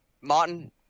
Martin